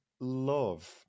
love